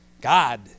God